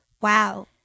Wow